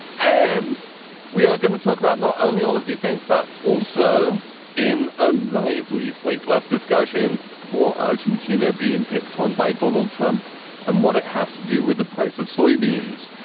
and we are going to talk about not only all of these things, but also in a lively slate plus discussion poor argentina being picked on by donald trump and what it has to do with the price of soybeans,